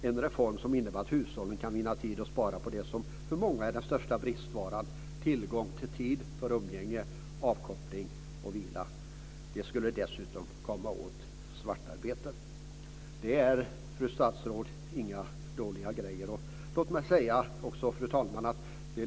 En reform som innebär att hushållen kan vinna tid och spara på det som för många är den största bristvaran, tillgång till tid för umgänge, avkoppling och vila. Det skulle dessutom komma åt svartarbetet." Det är, fru statsråd, inga dåliga grejer.